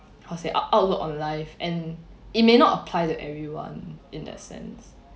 how to say out~ outlook on life and it may not apply to everyone in that sense